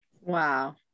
Wow